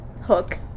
hook